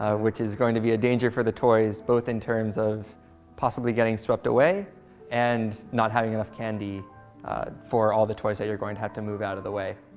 ah which is going to be a danger for the toys, both in terms of possibly getting swept away and not having enough candy for all the toys that you're going to have to move out of the way.